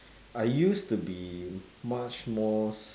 I used to be much more